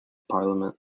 parliament